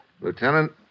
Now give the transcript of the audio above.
Lieutenant